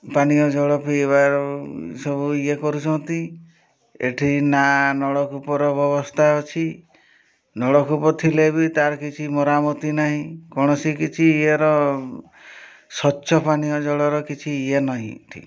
ପାନୀୟ ଜଳ ପିଇବାର ସବୁ ଇଏ କରୁଛନ୍ତି ଏଠି ନା ନଳକୂପର ବ୍ୟବସ୍ଥା ଅଛି ନଳକୂପ ଥିଲେ ବି ତା'ର କିଛି ମରାମତି ନାହିଁ କୌଣସି କିଛି ଇଏର ସ୍ୱଚ୍ଛ ପାନୀୟ ଜଳର କିଛି ଇଏ ନାହିଁ ଏଠି